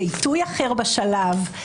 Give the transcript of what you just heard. זה עיתוי אחר בשלב.